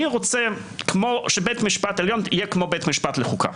אני רוצה שבית משפט עליון יהיה כמו בית משפט לחוקה.